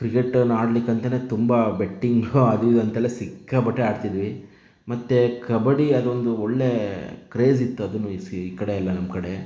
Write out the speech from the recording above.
ಕ್ರಿಕೆಟನ್ನು ಆಡ್ಲಿಕ್ಕಂತಲೇ ತುಂಬ ಬೆಟ್ಟಿಂಗ್ ಅದು ಇದು ಅಂತೆಲ್ಲ ಸಿಕ್ಕಾಪಟ್ಟೆ ಆಡ್ತಿದ್ವಿ ಮತ್ತು ಕಬಡ್ಡಿ ಅದೊಂದು ಒಳ್ಳೆಯ ಕ್ರೇಜ್ ಇತ್ತು ಅದುನು ಈ ಸಿ ಈ ಕಡೆ ಎಲ್ಲ ನಮ್ಮ ಕಡೆ